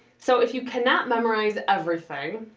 so if you cannot memorize everything,